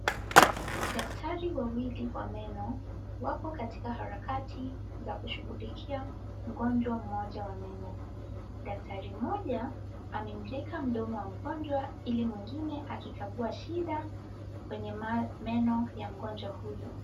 Daktari wawili wa meno wapo katika harakati za kushughulikia mgonjwa mmoja wa meno daktari moja amemleka mdomo wa mgonjwa ili mwingine akikagua shida kwenye meno ya mgonjwa huyu.